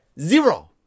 zero